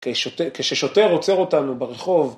כששוטר עוצר אותנו ברחוב.